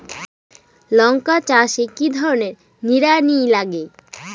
লঙ্কা চাষে কি ধরনের নিড়ানি লাগে?